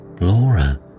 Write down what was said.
Laura